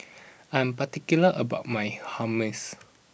I'm particular about my Hummus